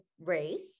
race